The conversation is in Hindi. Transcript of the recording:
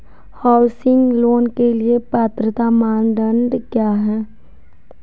हाउसिंग लोंन के लिए पात्रता मानदंड क्या हैं?